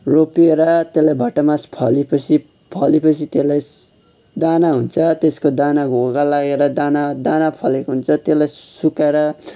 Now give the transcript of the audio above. रोपेर त्यसलाई भटमास फलेपछि फलेपछि त्यसलाई दाना हुन्छ त्यसको दाना घोगा लागेर दाना दाना फलेको हुन्छ त्यसलाई सुकाएर